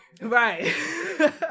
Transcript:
Right